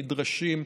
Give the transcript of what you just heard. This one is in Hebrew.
נדרשים,